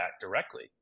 directly